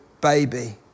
baby